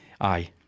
aye